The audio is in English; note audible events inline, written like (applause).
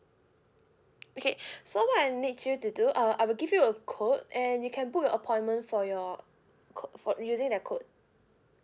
okay (breath) so what I need you to do uh I will give you a code and you can book your appointment for your co~ for using that code